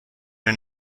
and